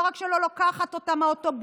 שלא רק שלא לוקחת אותם אלא האוטובוסים